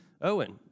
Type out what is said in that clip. owen